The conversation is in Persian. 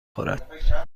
خورد